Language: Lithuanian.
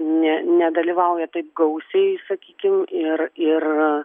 ne nedalyvauja taip gausiai sakykim ir ir